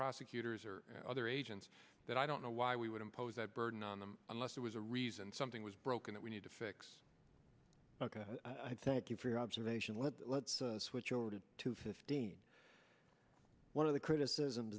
prosecutors or other agents that i don't know why we would impose that burden on them unless it was a reason something was broken that we need to fix ok thank you for your observations let's switch over to two fifteen one of the criticism